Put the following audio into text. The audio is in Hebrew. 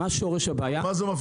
מה שורש הבעיה?